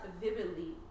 vividly